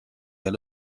ning